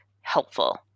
helpful